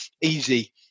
easy